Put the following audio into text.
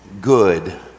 good